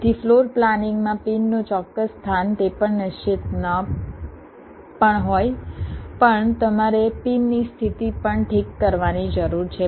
તેથી ફ્લોર પ્લાનિંગમાં પિનનું ચોક્કસ સ્થાન તે પણ નિશ્ચિત ન પણ હોય પણ તમારે પિનની સ્થિતિ પણ ઠીક કરવાની જરૂર છે